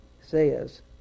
says